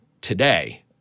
today